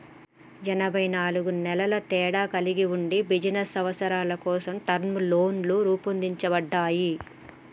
ఎనబై నాలుగు నెలల తేడా కలిగి ఉండి బిజినస్ అవసరాల కోసం టర్మ్ లోన్లు రూపొందించబడ్డాయి